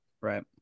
right